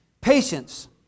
Patience